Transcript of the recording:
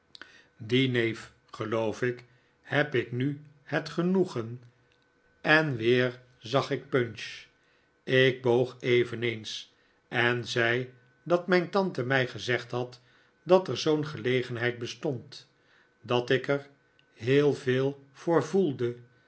dien neef geloof ik heb ik nu het genoegen en weer zag ik punch ik boog eveneens en zei dat mijn tante mij gezegd had dat er zoo'n gelegenheid bestond dat ik er heel veel voor voelde